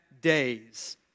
days